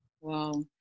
Wow